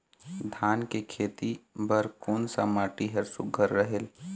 धान के खेती बर कोन सा माटी हर सुघ्घर रहेल?